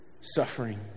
suffering